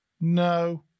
no